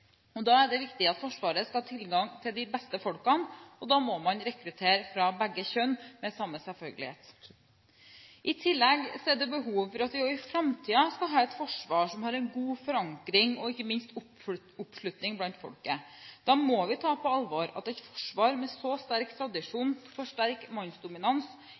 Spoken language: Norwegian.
Da er det viktig at Forsvaret skal ha tilgang til de beste folkene, og da må man rekruttere fra begge kjønn med samme selvfølgelighet. I tillegg er det behov for at vi også i framtiden skal ha et forsvar som har en god forankring og ikke minst oppslutning blant folket. Da må vi ta på alvor at et forsvar med så sterk